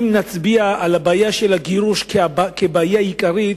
אם נצביע על הגירוש כבעיה העיקרית,